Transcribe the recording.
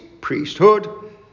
priesthood